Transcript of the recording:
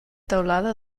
teulada